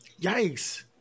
Yikes